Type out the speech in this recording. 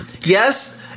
yes